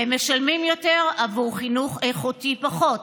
והם משלמים יותר עבור חינוך איכותי פחות,